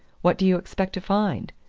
what do you expect to find?